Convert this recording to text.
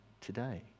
today